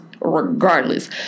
regardless